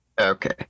Okay